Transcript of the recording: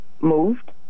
moved